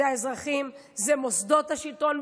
זה האזרחים, זה מוסדות השלטון.